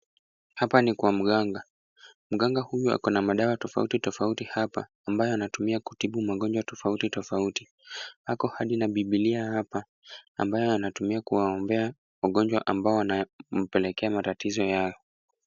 Hapa ni kwa mganga. Mganga huyu ako na dawa tofauti tofauti hapa, ambayo anatumia kutibu magonjwa tofauti tofauti. Ako hadi na bibilia hapa, ambayo anatumia kuwaombea wagonjwa ambao wanampelekea matatizo yao.